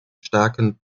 starken